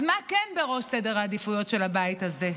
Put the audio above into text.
אז מה כן בראש סדר העדיפויות של הבית הזה?